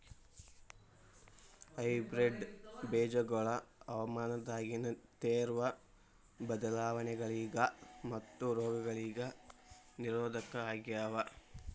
hybrid ಬೇಜಗೊಳ ಹವಾಮಾನದಾಗಿನ ತೇವ್ರ ಬದಲಾವಣೆಗಳಿಗ ಮತ್ತು ರೋಗಗಳಿಗ ನಿರೋಧಕ ಆಗ್ಯಾವ